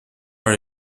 are